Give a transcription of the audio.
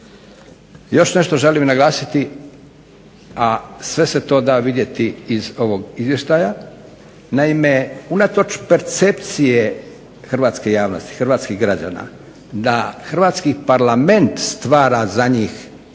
Još nešto želim naglasiti a sve se to da vidjeti iz ovog Izvještaja. Naime, unatoč percepcije Hrvatskih građana da Hrvatski parlament stvara za njih